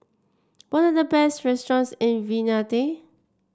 what are the best restaurants in Vientiane